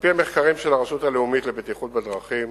על-פי המחקרים של הרשות הלאומית לבטיחות בדרכים,